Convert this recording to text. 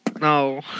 No